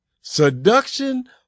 Seduction